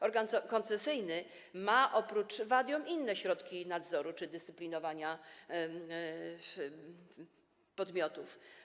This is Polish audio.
Organ koncesyjny ma oprócz wadium inne środki nadzoru czy dyscyplinowania podmiotów.